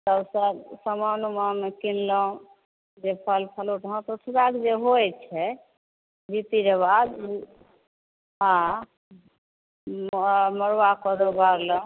सब समान ओमान किनलहुॅं जे फल फुल हाथ उठबैके जे होइ छै रीतिरेवाज हँ ओएह मरुआ कोदो बारलौं